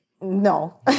No